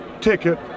ticket